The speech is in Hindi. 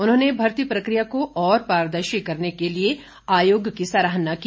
उन्होंने भर्ती प्रकिया को और पारदर्शी करने के लिए आयोग की सराहना की